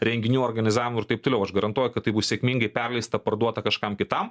renginių organizavimu ir taip toliau aš garantuoju kad tai bus sėkmingai perleista parduota kažkam kitam